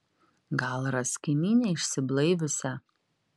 gal ras kaimynę išsiblaiviusią